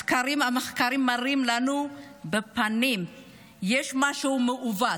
המחקרים מראים לנו בפנים שיש משהו מעוות,